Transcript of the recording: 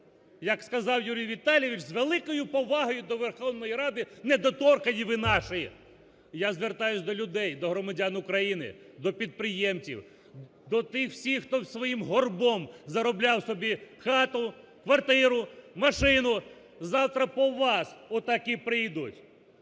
як сказав Юрій Віталійович з великою повагою до Верховної Ради: недоторкані ви наші. Я звертаюсь до людей, до громадян України, до підприємців, до тих всіх, хто своїм горбом заробляв собі хату, квартиру, машину, завтра по вас отак і прийдуть.